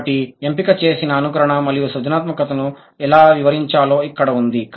కాబట్టి ఎంపిక చేసిన అనుకరణ మరియు సృజనాత్మకతను ఎలా వివరించాలో ఇక్కడ ఉంది